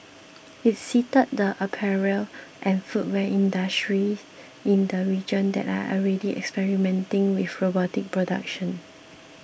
it cited the apparel and footwear industries in the region that are already experimenting with robotic production